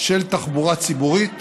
של תחבורה ציבורית